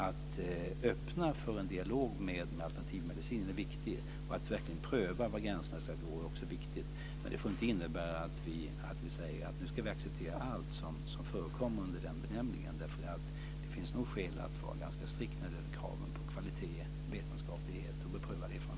Att öppna för en dialog med alternativmedicinen är viktigt, och att verkligen pröva var gränserna ska gå är också viktigt, men det får inte innebära att vi säger att vi nu ska acceptera allt som förekommer under den benämningen. Det finns nog skäl att vara ganska strikt när det gäller kraven på kvalitet, vetenskaplighet och beprövad erfarenhet.